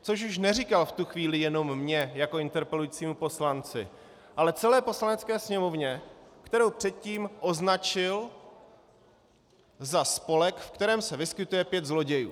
Což už neříkal v tu chvíli jenom mně jako interpelujícímu poslanci, ale celé Poslanecké sněmovně, kterou předtím označil za spolek, v kterém se vyskytuje pět zlodějů.